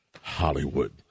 Hollywood